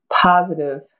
positive